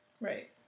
Right